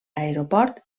aeroport